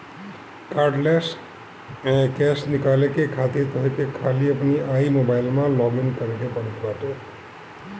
cardless cash निकाले खातिर तोहके खाली अपनी आई मोबाइलम में लॉगइन करे के पड़त बाटे